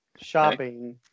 shopping